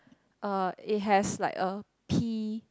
uh it has like a pea